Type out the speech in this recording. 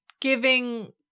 giving